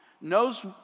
knows